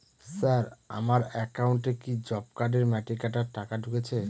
Sir আমার একাউন্টে কি জব কার্ডের মাটি কাটার টাকা ঢুকেছে?